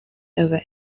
over